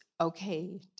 okay